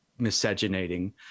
miscegenating